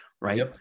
right